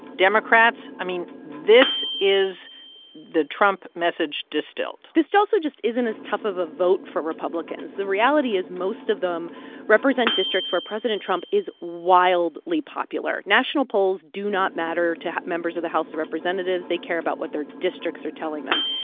democrats. i mean, this is the trump message distilled this also just isn't as tough of a vote for republicans. the reality is most of them represent districts where president trump is wildly popular. national polls do not matter to members of the house of representatives. they care about what their districts are telling them.